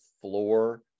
floor